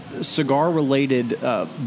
cigar-related